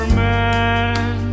man